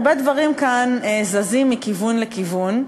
הרבה דברים כאן זזים מכיוון לכיוון.